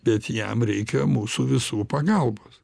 bet jam reikia mūsų visų pagalbos